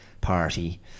party